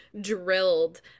drilled